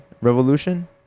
Revolution